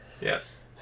Yes